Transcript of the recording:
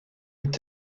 est